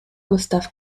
gustav